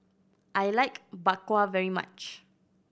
I like Bak Kwa very much